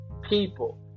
people